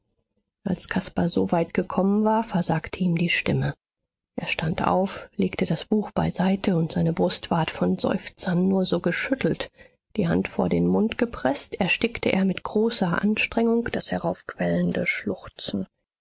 als caspar so weit gekommen war versagte ihm die stimme er stand auf legte das buch beiseite und seine brust ward von seufzern nur so geschüttelt die hand vor den mund gepreßt erstickte er mit großer anstrengung das heraufquellende schluchzen